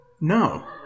No